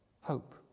hope